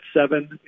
seven